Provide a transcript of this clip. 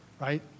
right